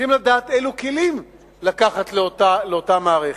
צריכים לדעת אילו כלים לקחת לאותה מערכת.